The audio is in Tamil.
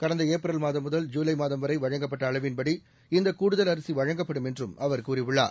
கடந்த ஏப்ரல் மாதம் முதல் ஜூலை மாதம் வரை வழங்கப்பட்ட அளவின்படி இந்தக் கூடுதல் அரிசி வழங்கப்படும் என்றும் அவர் கூறியுள்ளார்